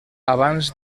abans